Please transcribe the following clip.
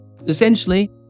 essentially